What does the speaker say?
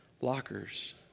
lockers